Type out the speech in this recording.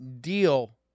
deal